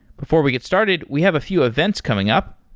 before we get started, we have a few events coming up.